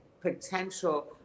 potential